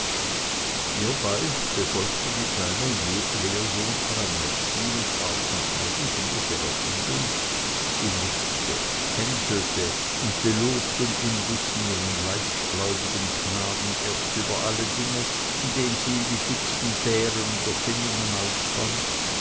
hiebei befolgte die kleine lehrjungfer eine erziehungsart von eigentümlicher erfindung sie neckte hänselte und belog den unwissenden und leichtgläubigen knaben erst über alle dinge indem sie ihm die dicksten bären und erfindungen aufband